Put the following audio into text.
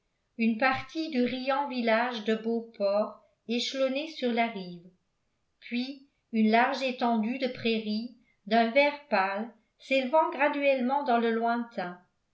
une partie du riant village de beauport échelonné sur la rive puis une large étendue de prairie d'un vert pâle s'élevant graduellement dans le lointain